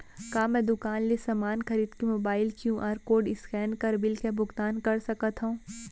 का मैं दुकान ले समान खरीद के मोबाइल क्यू.आर कोड स्कैन कर बिल के भुगतान कर सकथव?